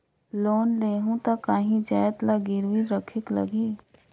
Loan लेहूं ता काहीं जाएत ला गिरवी रखेक लगही?